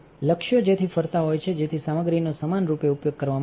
લક્ષ્યો જેથી ફરતા હોય છે જેથી સામગ્રીનો સમાનરૂપે ઉપયોગ કરવામાં આવશે